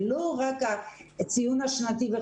זה לא רק הציון השנתי,